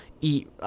eat –